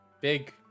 big